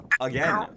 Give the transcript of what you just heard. Again